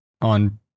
on